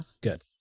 Good